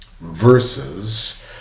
versus